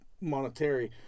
monetary